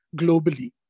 globally